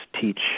teach